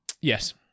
yes